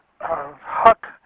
Huck